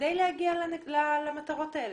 כדי להגיע למטרות האלה?